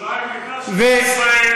ירושלים נקראת שטח ישראל,